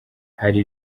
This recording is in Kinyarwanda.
hari